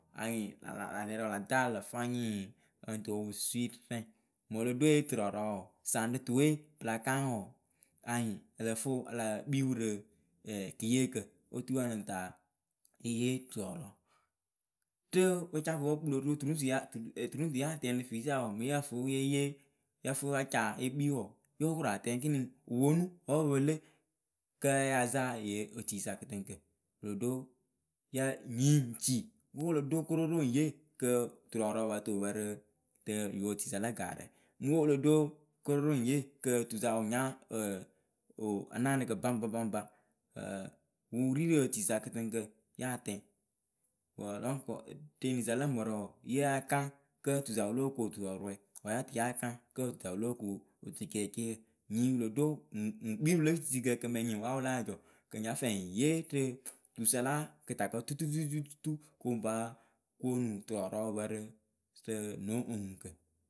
anyɩ lä lɛrǝ la taarǝ lǝ̈ fwanyɩ ǝ lɨŋ tɨ o pu susuirɨrɛ. Mo lo do eye yurɔɔrɔɔ wǝǝ saŋ rɨ tuwe pɨ la kaŋ wǝǝ anyɩŋ ǝ lǝ fɨ e le kpii wǝ rɨ keyeekǝ oturu ǝ lɨŋ ta ye turɔɔrɔɔ rɨ wɨcakukpǝ kpɨlo rɨ turuŋtu turuŋtu ya tɛŋ rɨ fiisa wǝǝ mɨŋ yǝ́ǝ fu wɨ ye yee yǝ fɨwǝ ya ca ye kpii wǝǝ yo koru atɛŋ ekini wɨ ponu wǝ́ wɨpɨlǝ ka ya za yɨ otruisa kɨtɨŋkǝ wɨ lo do yǝ́ǝ nyii ŋ ci kɨ wɨ lo do kororo ŋ yee kɨ turɔɔrɔɔ wɨ pǝǝ tɨ wɨ pǝ rɨ rɨ yɨ otusa la gaarǝ we wɨ lo ɖo kororo ŋ yee kɨ tusa wɨ nya pɨ o anaanɨkǝ baŋba baŋba wɨ wɨ ri rɨ otuisa kɨtɨŋkǝ yá tɛŋ. Rɨ enisa lǝ mǝrǝ yǝ kaŋ kǝ́ otuisa yo ku oturɔɔrɔɛ wǝ́ yǝ́ǝ tɨ ya kaŋ kǝ́otuisa yɨ o kuŋ otuceyǝ. nyii wɨ lo do ŋ kpii rɨ pɨle kɨtiitiikǝ kɨ mɨŋnyɩŋ we a wɨ láa jɔ kǝ́ ŋ nya fɛɛ ŋ yee rɩ tusa lo oŋuŋkǝ tutututu kɨ wɨ pa koonu turɔɔrɔɔ wɨ pǝ rɨ rɨ no oŋuŋkǝ.